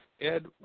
Ed